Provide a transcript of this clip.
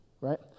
right